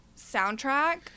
soundtrack